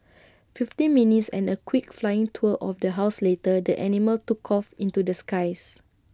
fifteen minutes and A quick flying tour of the house later the animal took off into the skies